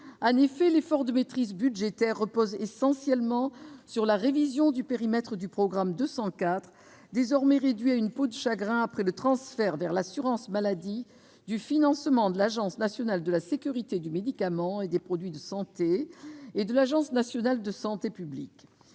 En effet, l'effort de maîtrise budgétaire repose essentiellement sur la révision du périmètre du programme 204, désormais réduit à peau de chagrin, après le transfert vers l'assurance maladie des crédits de financement de l'Agence nationale de la sécurité du médicament et des produits de santé et de l'Agence nationale de santé publique.